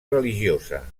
religiosa